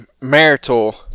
marital